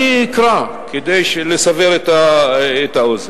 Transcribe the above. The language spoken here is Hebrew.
אני אקרא כדי לסבר את האוזן.